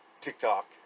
TikTok